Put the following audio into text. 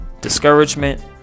discouragement